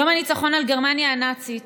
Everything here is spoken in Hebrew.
יום הניצחון על גרמניה הנאצית